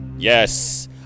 yes